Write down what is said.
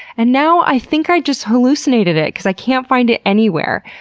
and now i think i just hallucinated it, because i can't find it anywhere.